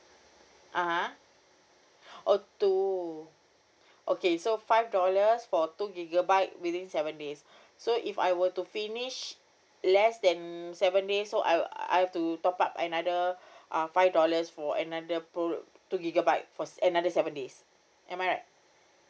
(uh huh) oh two okay so five dollars for two gigabyte within seven days so if I were to finish less than seven days so I'll~ I've to top up another uh five dollars for another pro~ two gigabyte for another seven days am I right